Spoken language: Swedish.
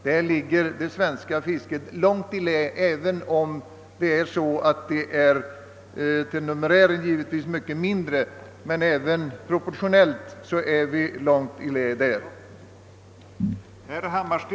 Där ligger det svenska fisket långt i lä, även vid en proportionell jämförelse och alltså inte bara med hänsyn till att det svenska fisket numerärt sett givetvis är mycket mindre.